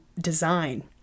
design